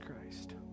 Christ